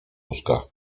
łóżka